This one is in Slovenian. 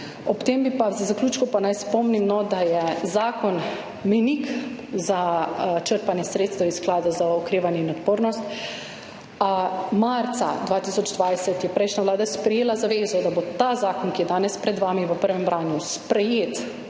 zaključku pa naj spomnim, da je zakon mejnik za črpanje sredstev iz Sklada za okrevanje in odpornost. Marca 2020 je prejšnja vlada sprejela zavezo, da bo ta zakon, ki je danes pred vami, v prvem branju sprejet